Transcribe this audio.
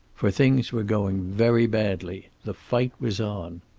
for things were going very badly. the fight was on.